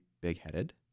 big-headed